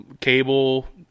cable